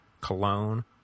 Cologne